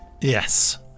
Yes